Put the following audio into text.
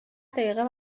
دیقه